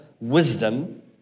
wisdom